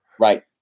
Right